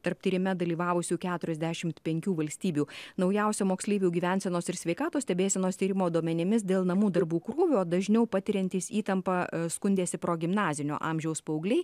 tarp tyrime dalyvavusių keturiasdešimt penkių valstybių naujausią moksleivių gyvensenos ir sveikatos stebėsenos tyrimo duomenimis dėl namų darbų krūvio dažniau patiriantys įtampą skundėsi progimnazinio amžiaus paaugliai